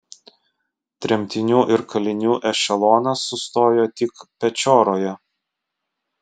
tremtinių ir kalinių ešelonas sustojo tik pečioroje